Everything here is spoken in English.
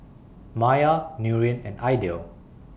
Maya Nurin and Aidil